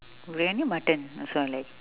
briyani mutton also I like